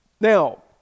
Now